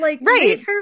Right